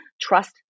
trust